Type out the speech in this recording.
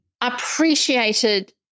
appreciated